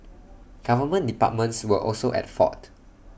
government departments were also at fault